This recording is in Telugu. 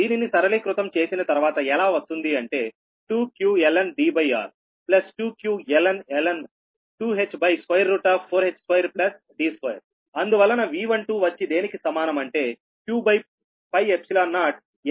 దీనిని సరళీకృతం చేసిన తర్వాత ఎలా వస్తుంది అంటే 2 qlndr2qln 2h4h2D2 అందువలన V12 వచ్చి దేనికి సమానం అంటే q0ln 2Dhr4h2D2